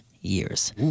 years